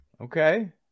Okay